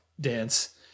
dance